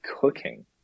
cooking